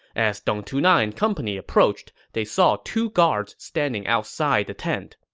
as dong tuna and company approached, they saw two guards standing outside the tent.